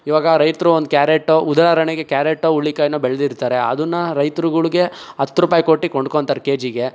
ಇವಾಗ ರೈತರು ಒಂದು ಕ್ಯಾರೆಟು ಉದಾಹರಣೆಗೆ ಕ್ಯಾರೆಟೋ ಹುರ್ಳಿಕಾಯಿನೋ ಬೆಳೆದಿರ್ತಾರೆ ಅದನ್ನ ರೈತ್ರುಗಳಿಗೆ ಹತ್ತು ರೂಪಾಯಿ ಕೊಟ್ಟು ಕೊಂಡ್ಕೊಳ್ತಾರೆ ಕೆಜಿಗೆ